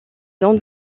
ondes